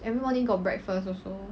every morning got breakfast also